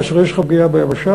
כאשר יש לך פגיעה ביבשה,